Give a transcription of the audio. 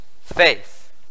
faith